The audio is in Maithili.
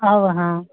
आउ अहाँ